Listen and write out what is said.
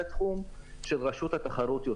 זה יותר תחום של רשות התחרות,